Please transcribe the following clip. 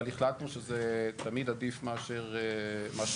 אבל החלטנו שזה תמיד עדיף מאשר המחלוקות,